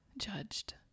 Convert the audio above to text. judged